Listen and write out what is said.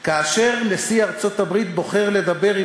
כאשר נשיא ארצות-הברית בוחר לדבר עם